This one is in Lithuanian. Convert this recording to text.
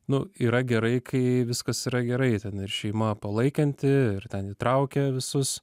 nu yra gerai kai viskas yra gerai ten ir šeima palaikanti ir ten įtraukia visus